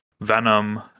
Venom